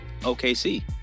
OKC